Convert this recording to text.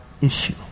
issue